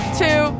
two